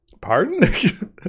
Pardon